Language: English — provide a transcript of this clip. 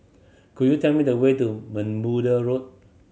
could you tell me the way to Bermuda Road